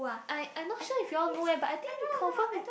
I I not sure if you all know eh but I think confirm